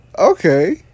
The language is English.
Okay